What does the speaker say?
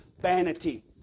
Vanity